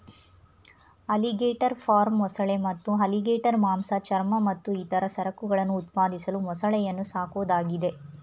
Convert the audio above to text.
alligator farm ಮೊಸಳೆ ಮತ್ತು alligator ಮಾಂಸ ಚರ್ಮ ಮತ್ತು ಇತರ ಸರಕುಗಳನ್ನು ಉತ್ಪಾದಿಸಲು ಮೊಸಳೆಯನ್ನು ಸಾಕೋದಾಗಿದೆ